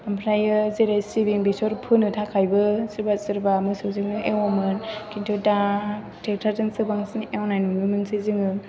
ओमफ्राय जेरै सिबिं बेसर फोनो थाखायबो सोरबा सोरबा मोसौजोंनो एवोमोन किन्टु दा थेक्ट'रजोंसो बांसिन एवनाय नुनो मोनोसै जोङो